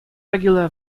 regular